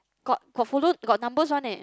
got got follow got numbers one eh